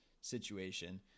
situation